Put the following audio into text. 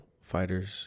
Fighters